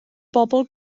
bobl